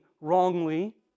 wrongly